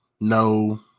no